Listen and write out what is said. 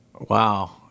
Wow